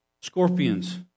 scorpions